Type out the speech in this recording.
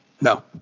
no